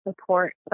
support